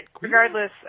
regardless